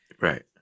Right